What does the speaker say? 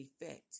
effect